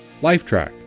Lifetrack